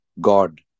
God